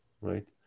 Right